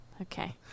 okay